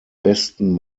besten